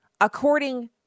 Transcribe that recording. according